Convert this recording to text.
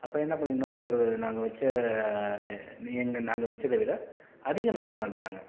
அப்போ என்ன பண்ணிருந்தோம் ஒரு நாங்கள் வச்ச நீ எங்கள் நாங்கள் வச்சதை விட அதிக மக்கள் வந்துட்டாங்க